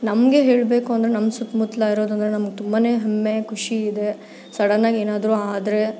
ನಮಗೆ ಹೇಳಬೇಕು ಅಂದ್ರೆ ನಮ್ಮ ಸುತ್ತ ಮುತ್ತಲ ಇರೋದಂದರೆ ನಮ್ಗೆ ತುಂಬಾ ಹೆಮ್ಮೆ ಖುಷಿ ಇದೆ ಸಡನ್ನಾಗಿ ಏನಾದ್ರೂ ಆದರೆ